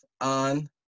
on